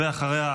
ואחריה,